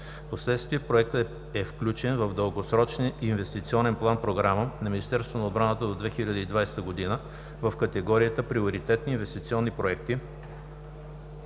Впоследствие Проектът е включен в „Дългосрочния инвестиционен План-програма на Министерството на отбраната до 2020“ в категорията приоритетни инвестиционни проекти